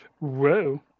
Whoa